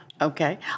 Okay